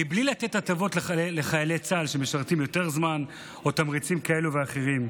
בלי לתת הטבות לחיילי צה"ל שמשרתים יותר זמן או תמריצים כאלה ואחרים.